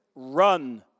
Run